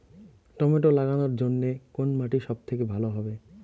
Tomato লাগানোর জন্যে কোন মাটি সব থেকে ভালো হবে?